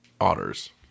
Otters